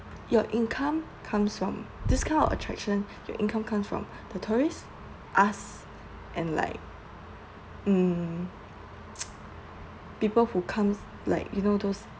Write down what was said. your income comes from this kind of attraction your income comes from the tourists us and like um people who comes like you know those